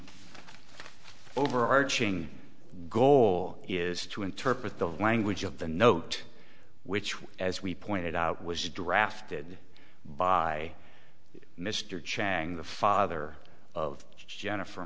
e overarching goal is to interpret the language of the note which as we pointed out was drafted by mr chang the father of jennifer